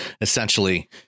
essentially